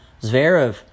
Zverev